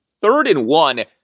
third-and-one